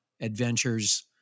adventures